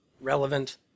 relevant